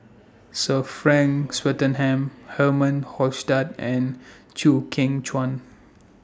Sir Frank Swettenham Herman Hochstadt and Chew Kheng Chuan